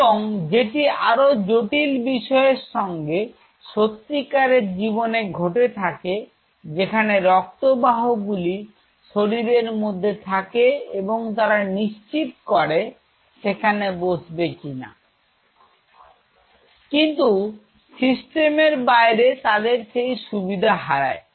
এবং যেটি আরো জটিল বিষয়ের সঙ্গে সত্তিকারের জীবনে ঘটে থাকে যেখানে রক্তবাহ গুলি শরীরের মধ্যে থাকে এবং তারা নিশ্চিত করে সেখানে বসবে কিনা কিন্তু সিস্টেমের বাইরে তাদের সেই সুবিধা হারায়